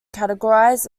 categorized